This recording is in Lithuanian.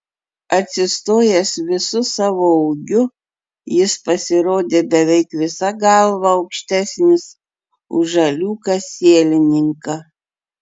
atsistojęs visu savo ūgiu jis pasirodė beveik visa galva aukštesnis už žaliūką sielininką